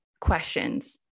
questions